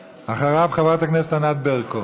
אחריו, חברת הכנסת ענת ברקו.